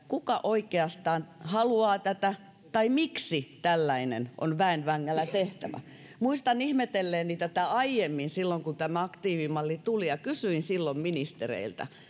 kuka oikeastaan haluaa tätä tai miksi tällainen on väen vängällä tehtävä muistan ihmetelleeni tätä aiemmin silloin kun tämä aktiivimalli tuli ja kysyin silloin ministereiltä